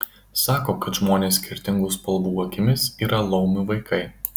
sako kad žmonės skirtingų spalvų akimis yra laumių vaikai